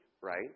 right